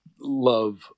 love